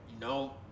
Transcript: No